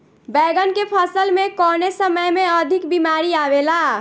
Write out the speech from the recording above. बैगन के फसल में कवने समय में अधिक बीमारी आवेला?